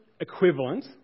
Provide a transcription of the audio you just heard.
equivalent